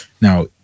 Now